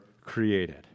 created